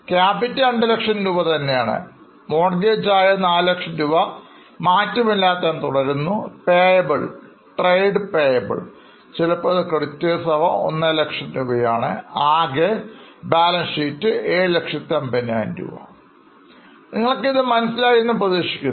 ക ഇത് നിങ്ങൾക്ക് മനസ്സിലാകുന്നു എന്ന് പ്രതീക്ഷിക്കുന്നു